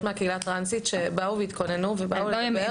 מהקהילה הטרנסית שבאו והתכוננו ובאו לדבר.